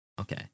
Okay